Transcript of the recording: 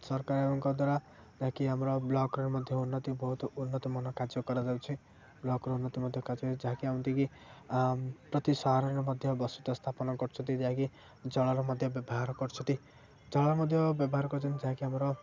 ସରକାରଙ୍କ ଦ୍ୱାରା ଯାହାକି ଆମର ବ୍ଲକରେ ମଧ୍ୟ ଉନ୍ନତି ବହୁତ ଉନ୍ନତିମାନ କାର୍ଯ୍ୟ କରାଯାଉଛି ବ୍ଲକର ଉନ୍ନତି ମଧ୍ୟ କାର୍ଯ୍ୟ ଯାହାକି ଏମିତିକି ପ୍ରତି ସହରରେ ମଧ୍ୟ ବସିତ ସ୍ଥାପନ କରୁଛନ୍ତି ଯାହାକି ଜଳର ମଧ୍ୟ ବ୍ୟବହାର କରୁଛନ୍ତି ଜଳ ମଧ୍ୟ ବ୍ୟବହାର କରୁଛନ୍ତି ଯାହାକି ଆମର